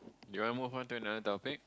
you want move on to another topic